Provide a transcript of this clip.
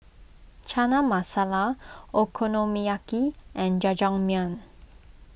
Chana Masala Okonomiyaki and Jajangmyeon